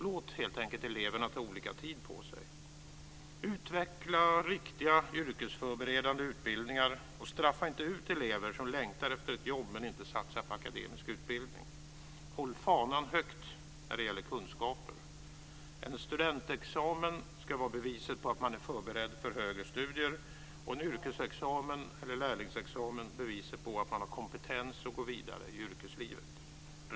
Låt helt enkelt eleverna ta olika tid på sig. Utveckla riktiga yrkesförberedande utbildningar och straffa inte ut elever som längtar efter ett jobb men inte satsar på akademisk utbildning. Håll fanan högt när det gäller kunskaper. En studentexamen ska vara beviset på att man är förberedd för högre studier och en yrkesexamen eller lärlingsexamen beviset på att man har kompetens att gå vidare i yrkeslivet.